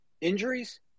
injuries